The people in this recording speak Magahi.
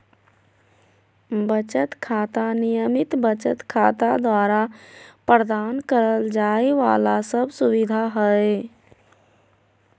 बचत खाता, नियमित बचत खाता द्वारा प्रदान करल जाइ वाला सब सुविधा हइ